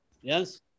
Yes